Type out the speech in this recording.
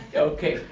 okay.